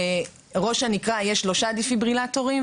בראש הנקרה יש שלושה דפיברילטורים,